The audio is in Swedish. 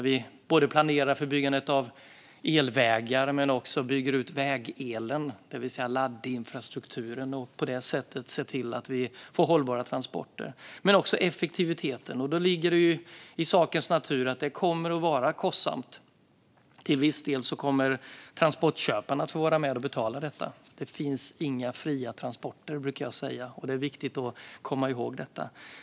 Vi planerar för byggandet av elvägar men bygger också ut vägelen, det vill säga laddinfrastrukturen. På det sättet ser vi till att vi får hållbara transporter. Men vi har också effektiviteten, och då ligger det i sakens natur att det kommer att vara kostsamt. Till viss del kommer transportköparna att få vara med och betala för detta. Det finns inga fria transporter, brukar jag säga, och det är viktigt att komma ihåg.